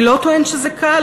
אני לא טוען שזה קל,